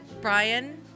Brian